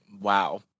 Wow